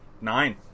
nine